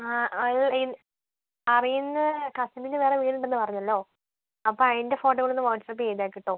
ആ അത് ഇ അറിയുന്ന കസ്റ്റഡിയിൽ വേറെ വീട് ഉണ്ടെന്ന് പറഞ്ഞല്ലോ അപ്പോൾ അതിന്റെ ഫോട്ടോ കൂടെ ഒന്ന് വാട്സപ്പ് ചെയ്തേക്ക് കേട്ടോ